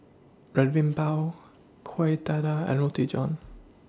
Red Bean Bao Kueh Dadar and Roti John